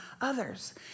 others